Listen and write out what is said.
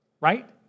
right